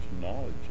knowledge